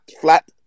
flat